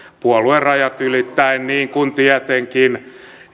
puoluerajat ylittäen niin kuin tietenkin